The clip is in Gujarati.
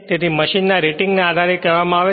તેથી મશીનનાં રેટિંગના આધારે કહેવામાં આવે છે કે તે 0